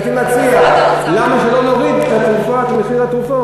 הייתי מציע: למה שלא נוריד את מחיר התרופות?